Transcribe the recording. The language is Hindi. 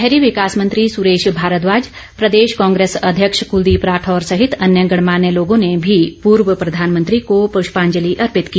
शहरी विकास मंत्री सुरेश भारद्वाज प्रदेश कांग्रेस अध्यक्ष कुलदीप राठौर सहित अन्य गणमान्य लोगों ने भी पूर्व प्रधानमंत्री को पृष्यांजलि अर्पित की